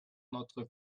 notre